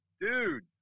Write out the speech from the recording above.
Dude